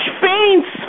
faints